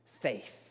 faith